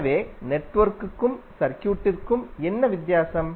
எனவே நெட்வொர்க்கும் சர்க்யூட்டிற்கும் என்ன வித்தியாசம்